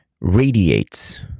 radiates